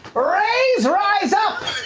raise rise up,